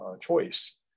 choice